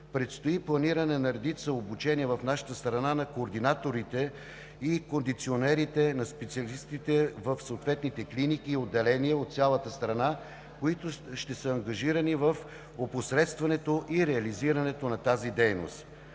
Предстои планиране на редица обучения в нашата страна на координаторите и кондиционерите, на специалистите в съответните клиники и отделения от цялата страна, които ще са ангажирани в опосредстването и реализирането на тази дейност.